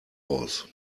aus